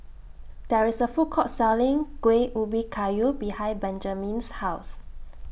There IS A Food Court Selling Kueh Ubi Kayu behind Benjamine's House